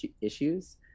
issues